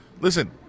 listen